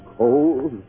cold